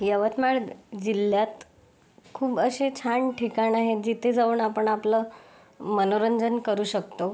यवतमाळ जिल्ह्यात खूप असे छान ठिकाणं आहे जिथे जाऊन आपण आपलं मनोरंजन करू शकतो